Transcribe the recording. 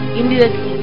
immediately